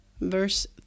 Verse